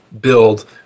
build